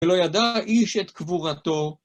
ולא ידע איש את קבורתו.